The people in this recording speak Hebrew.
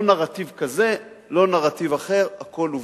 לא נרטיב כזה, לא נרטיב אחר, הכול עובדות.